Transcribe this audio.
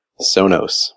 Sonos